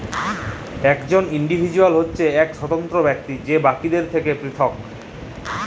একজল ইল্ডিভিজুয়াল হছে ইক স্বতন্ত্র ব্যক্তি যে বাকিদের থ্যাকে পিরথক